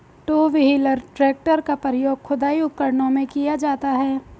to wheeler tractor का प्रयोग खुदाई उपकरणों में किया जाता हैं